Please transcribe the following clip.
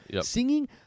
Singing